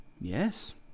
Yes